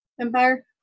Empire